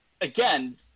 again